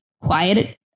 quiet